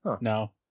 No